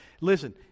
Listen